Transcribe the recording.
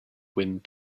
wind